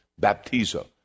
baptizo